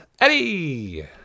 Eddie